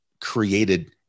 created